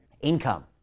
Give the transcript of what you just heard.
Income